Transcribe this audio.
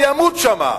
זה ימות שם.